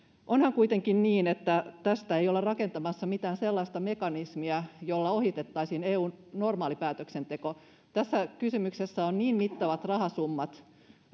onhan kuitenkin niin että tästä ei olla rakentamassa mitään sellaista mekanismia jolla ohitettaisiin eun normaali päätöksenteko tässä kysymyksessä ovat niin mittavat rahasummat